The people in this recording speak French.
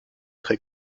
très